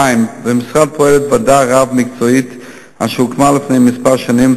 2. בוועדה פועלת ועדה רב-מקצועית אשר הוקמה לפני כמה שנים,